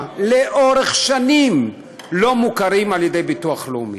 לאורך שנים לא מוכרים על ידי ביטוח לאומי.